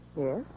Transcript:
Yes